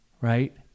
right